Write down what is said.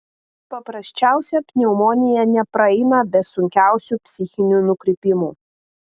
paprasčiausia pneumonija nepraeina be sunkiausių psichinių nukrypimų